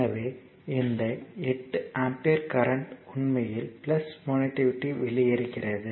எனவே இந்த 8 ampere current உண்மையில் முனையத்தை விட்டு வெளியேறுகிறது